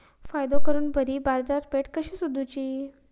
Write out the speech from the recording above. फायदो करून बरी बाजारपेठ कशी सोदुची?